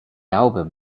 album